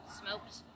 smoked